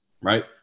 right